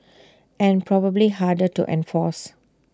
and probably harder to enforce